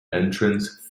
entrance